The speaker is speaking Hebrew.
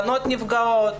בנות נפגעות,